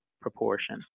proportion